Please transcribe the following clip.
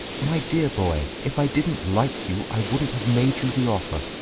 my dear boy, if i didn't like you i wouldn't have made you the offer.